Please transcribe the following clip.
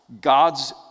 God's